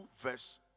verse